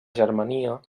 germania